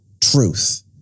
truth